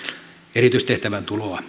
erityistehtävän tuloa